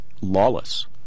lawless